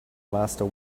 master